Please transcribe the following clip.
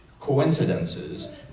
Coincidences